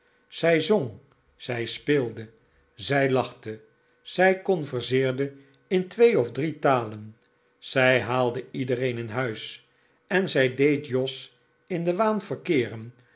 zij zong zij speelde zij lachte zij converseerde in twee of drie talen zij haalde iedereen in huis en zij deed jos in den waan verkeeren